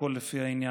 הכול לפי העניין.